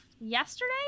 yesterday